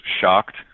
shocked